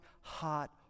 hot